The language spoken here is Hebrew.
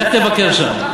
לך תבקר שם.